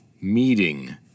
meeting